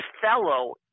fellow